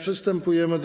Przystępujemy